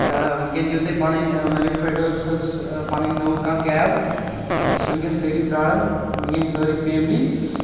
وُنکٮ۪ن دِیِو تُہۍ پنٕنۍ مٔلِک ٹریڈٔرس حظ پنٔنۍ نٔو کانٛہہ کیب أسۍ چھ وُنکٮ۪ن سأری پرٛاران میٛأنۍ سارٕے فیملی